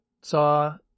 saw